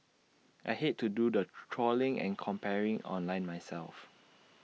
I hate to do the trawling and comparing online myself